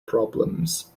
problems